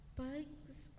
bugs